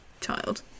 child